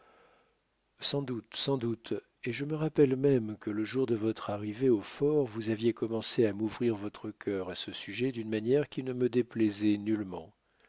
sans doute sans doute et je me rappelle même que le jour de votre arrivée au fort vous aviez commencé à m'ouvrir votre cœur à ce sujet d'une manière qui ne me déplaisait nullement